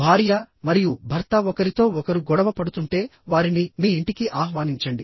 భార్య మరియు భర్త ఒకరితో ఒకరు గొడవ పడుతుంటే వారిని మీ ఇంటికి ఆహ్వానించండి